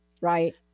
right